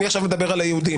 אני עכשיו מדבר על היהודים.